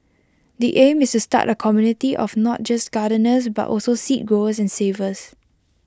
the aim is to start A community of not just gardeners but also seed growers and savers